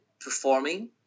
performing